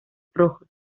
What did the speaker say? rojos